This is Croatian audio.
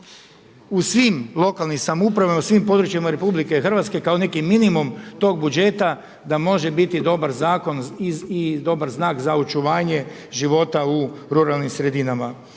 u svim lokalnim samoupravama i u svim područjima RH kao neki minimum tog budžeta da može biti dobar zakon i dobar znak za očuvanje života u ruralnim sredinama.